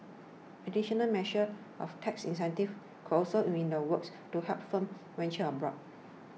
additional measures of tax incentives could also be in the works to help firms venture abroad